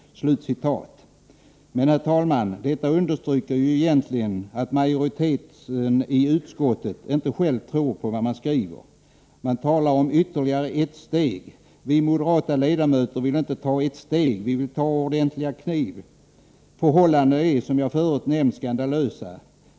Men, herr talman, detta understryker egentligen att majoriteten i utskottet inte själv tror på vad man skriver. Man talar om ytterligare ett steg. Vi moderata ledamöter vill inte ta ett steg. Vi vill ta ordentliga kliv. Förhållandena är, som jag förut nämnt, skandalösa.